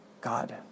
God